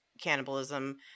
cannibalism